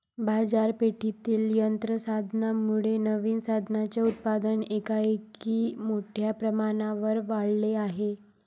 बाजारपेठेतील यंत्र साधनांमुळे नवीन साधनांचे उत्पादन एकाएकी मोठ्या प्रमाणावर वाढले आहे